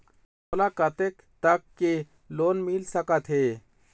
मोला कतेक तक के लोन मिल सकत हे?